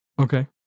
Okay